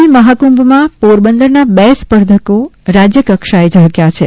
ખેલ મહાકુંભમાં પોરબંદરના બે સ્પર્ધકો રાજ્યકક્ષાએ ઝળક્યા છે